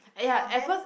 for them